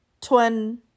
twin